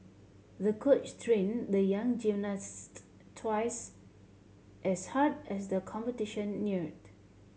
the coach trained the young gymnast twice as hard as the competition neared